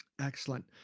Excellent